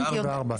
הכנסת ה-24.